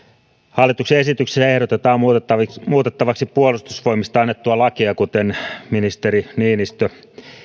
hallituksen esityksessä ehdotetaan muutettavaksi muutettavaksi puolustusvoimista annettua lakia kuten ministeri niinistö